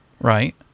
Right